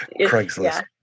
Craigslist